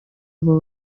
aba